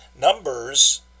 numbers